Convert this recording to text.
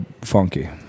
funky